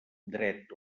dret